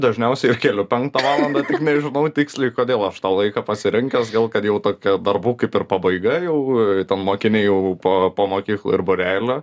dažniausiai įkeliu penktą valandą tik nežinau tiksliai kodėl aš tą laiką pasirinkęs gal kad jau tokia darbų kaip ir pabaiga jau ten mokiniai jau po po mokyklų ir būrielių